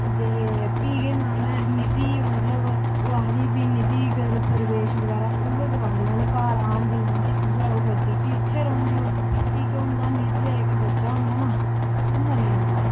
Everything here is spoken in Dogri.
ते फ्ही केह् नाम ऐ निधि मतलब ओह् आखदी फ्ही निधि गृह प्रवेश बगैरा उ'यै करवांदी मतलब घार आह्नदी हूनदी उ'यै ओह् करदी फ्ही उत्थै रौंह्दी ओह् फ्ही केह् होंदा निधि दा इक बच्चा होंदा ना ओह् मरी जंदा